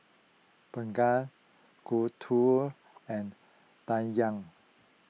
Bhagat Gouthu and Dhyan